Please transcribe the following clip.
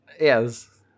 Yes